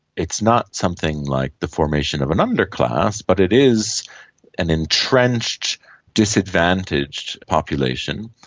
it's not something like the formation of an underclass, but it is an entrenched disadvantaged population.